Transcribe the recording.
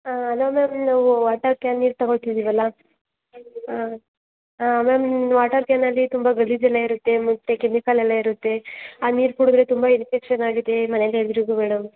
ಹಾಂ hello ma'am ನಾವು water can ನೀರು ತಗೊಳ್ತಿದೀವಲ್ಲಾ ಹಾಂ ಮ್ಯಾಮ್ ನಿಮ್ಮ ವಾಟರ್ ಕ್ಯಾನಲ್ಲಿ ತುಂಬ ಗಲೀಜು ಎಲ್ಲ ಇರುತ್ತೆ ಮತ್ತು ಕೆಮಿಕಲೆಲ್ಲಾ ಇರುತ್ತೆ ಆ ನೀರು ಕುಡಿದ್ರೆ ತುಂಬ ಇನ್ಫೆಕ್ಷನ್ ಆಗಿದೆ ಮನೇಲಿ ಎಲ್ರಿಗೂ ಮೇಡಮ್